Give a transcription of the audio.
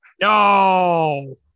No